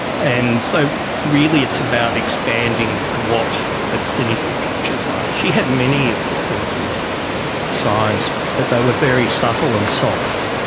and so really it's about expanding what the clinical pictures are. she had many of the clinical signs but they were very subtle and soft,